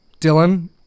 Dylan